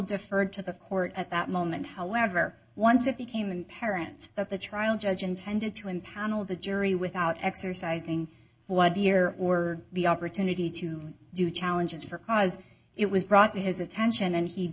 deferred to the court at that moment however once it became and parents of the trial judge intended to impanel the jury without exercising blood here or the opportunity to do challenges for cause it was brought to his attention and he